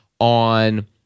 on